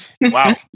Wow